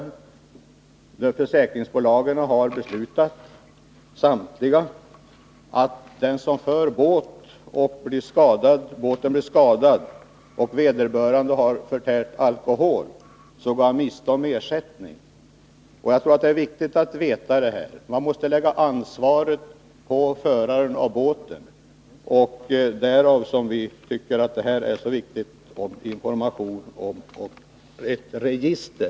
Samtliga försäkringsbolag har beslutat att om en båt blir skadad och det visar sig att vederbörande båtförare förtärt alkohol går han miste om ersättning. Ansvaret måste läggas på föraren av båten. Det är därför som vi tycker att det är så viktigt med information och med ett register.